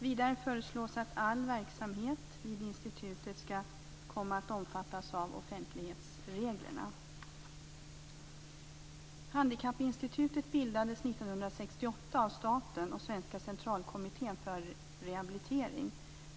Vidare föreslås att all verksamhet vid institutet skall omfattas av offentlighetsreglerna. Svenska centralkommittén för rehabilitering.